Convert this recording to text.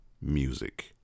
music